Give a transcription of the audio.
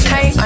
Hey